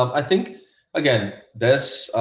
i think again this